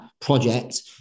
project